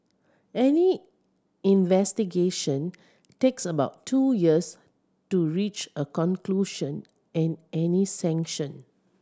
any investigation takes about two years to reach a conclusion and any sanction